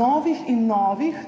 novih in novih